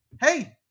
hey